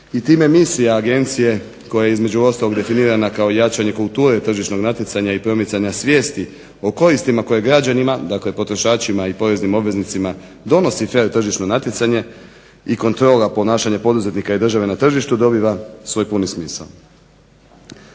i time je misija agencija koja je između ostalog definirana kao jačanje kulture tržišnog natjecanja i promicanja svijesti o koristima koje građanima, dakle potrošačima i poreznim obveznicima donosi fer tržišno natjecanje i kontrola ponašanja poduzetnika i države na tržištu dobiva svoj puni smisao.